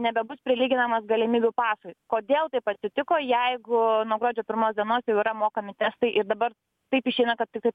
nebebus prilyginamas galimybių pasui kodėl taip atsitiko jeigu nuo gruodžio pirmos dienos jau yra mokami testai ir dabar taip išeina kad tikrai